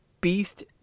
beast